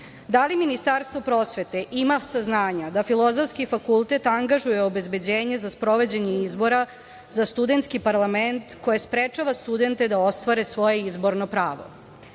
da li Ministarstvo prosvete ima saznanja da Filozofski fakultet angažuje obezbeđenje za sprovođenje izbora za Studentski parlament koji sprečava studente da ostvare svoje izborno pravo?